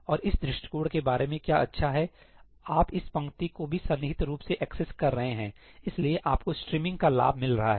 और इस दृष्टिकोण के बारे में क्या अच्छा है आप इस पंक्ति को भी सन्निहित रूप से एक्सेस कर रहे हैं इसलिए आपको स्ट्रीमिंग का लाभ मिल रहा है